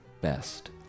best